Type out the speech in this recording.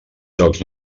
jocs